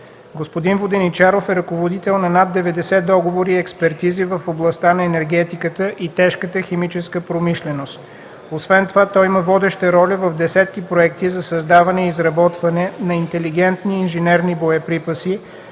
Господин Воденичаров е ръководител на над 90 договора и експертизи в областта на енергетиката и тежката химическа промишленост. Освен това той има водеща роля в десетки проекти за създаване и изработване на интелигентни инженерни боеприпаси,